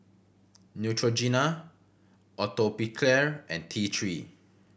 Neutrogena Atopiclair and T Three